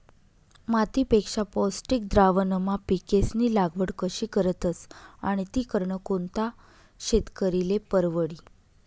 मातीपेक्षा पौष्टिक द्रावणमा पिकेस्नी लागवड कशी करतस आणि ती करनं कोणता शेतकरीले परवडी?